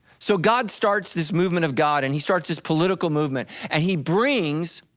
so god starts this movement of god and he starts this political movement and he brings,